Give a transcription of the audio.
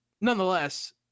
nonetheless